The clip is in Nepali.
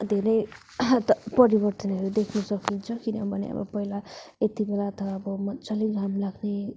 धेरै परिवर्तनहरू देख्नु सकिन्छ किनभने अब पहिला यति बेला त अब मजाले घाम लाग्ने